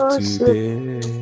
today